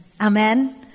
Amen